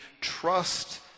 trust